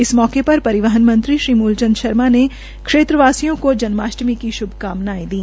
इस मौके पर परिवहन मंत्री श्री मुल चंद शर्मा ने क्षेत्रवासियों को शुभकामनयें दी